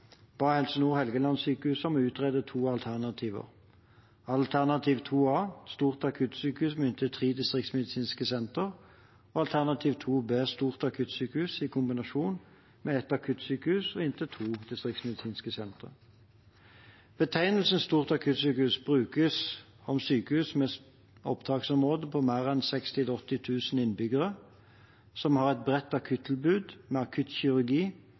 ba Helse Nord Helgelandssykehuset om å utrede to alternativer: alternativ 2a, et stort akuttsykehus med inntil tre distriktsmedisinske sentre, og alternativ 2b, et stort akuttsykehus i kombinasjon med ett akuttsykehus og inntil to distriktsmedisinske sentre. Betegnelsen «stort akuttsykehus» brukes om sykehus med et oppdragsområde på mer enn 60 000–80 000 innbyggere som har et bredt akuttilbud med